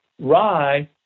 Rye